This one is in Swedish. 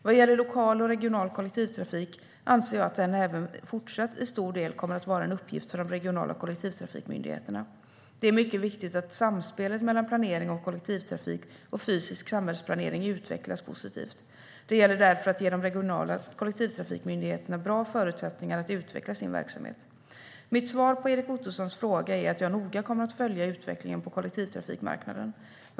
Vad gäller lokal och regional kollektivtrafik anser jag att den även i fortsättningen till stor del kommer att vara en uppgift för de regionala kollektivtrafikmyndigheterna. Det är mycket viktigt att samspelet mellan planering av kollektivtrafik och fysisk samhällsplanering utvecklas positivt. Det gäller därför att ge de regionala kollektivtrafikmyndigheterna bra förutsättningar att utveckla sin verksamhet. Mitt svar på Erik Ottosons fråga är att jag noga kommer att följa utvecklingen på kollektivtrafikmarknaden.